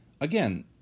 again